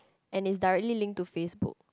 and it directly link to Facebook